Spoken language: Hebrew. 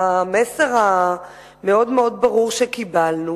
המסר המאוד-מאוד ברור שקיבלנו